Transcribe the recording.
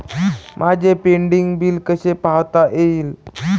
माझे pending bill कसे पाहता येईल?